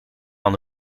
aan